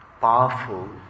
powerful